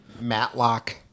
Matlock